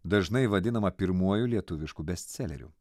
dažnai vadinama pirmuoju lietuvišku bestseleriu